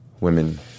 women